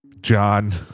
John